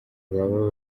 baba